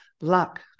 luck